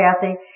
Kathy